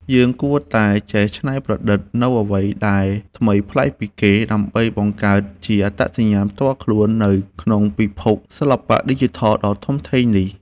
យើងគួរតែចេះច្នៃប្រឌិតនូវអ្វីដែលថ្មីប្លែកពីគេ ដើម្បីបង្កើតជាអត្តសញ្ញាណផ្ទាល់ខ្លួននៅក្នុងពិភពសិល្បៈឌីជីថលដ៏ធំធេងនេះ។